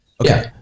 Okay